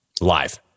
live